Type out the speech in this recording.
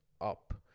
up